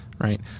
right